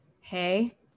hey